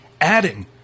Adding